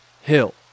Hill